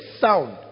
sound